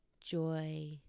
joy